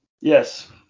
Yes